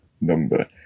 number